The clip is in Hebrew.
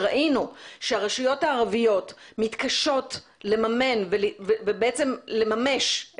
כשראינו שרשויות הערביות מתקשות לממן ובעצם לממש